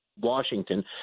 washington